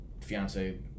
fiance